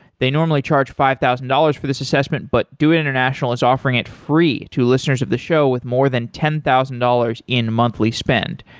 they normally charge five thousand dollars for this assessment, but doit international is offering it free to listeners of the show with more than ten thousand dollars in monthly spend.